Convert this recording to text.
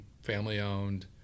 family-owned